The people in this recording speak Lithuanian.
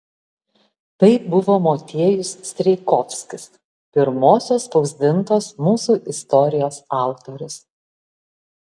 tai buvo motiejus strijkovskis pirmosios spausdintos mūsų istorijos autorius